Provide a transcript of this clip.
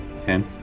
Okay